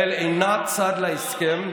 ישראל אינה צד להסכם,